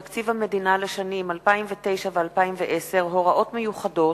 תקציב המדינה לשנים 2009 ו-2010 (הוראות מיוחדות)